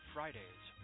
Fridays